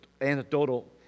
anecdotal